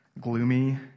gloomy